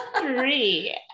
Three